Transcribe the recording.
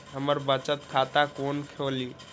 हम बचत खाता कोन खोली?